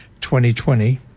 2020